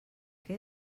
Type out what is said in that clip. que